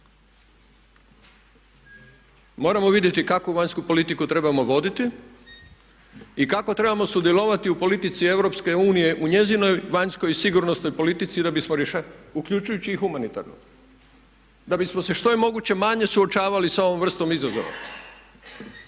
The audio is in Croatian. Moramo vidjeti kakvu vanjsku politiku trebamo voditi i kako trebamo sudjelovati u politici Europske unije, u njezinoj vanjskoj i sigurnosnoj politici da bismo …/Govornik se ne razumije./… uključujući i humanitarnu da bismo se što je moguće manje suočavali sa ovom vrstom izazova.